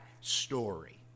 story